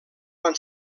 quan